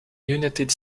united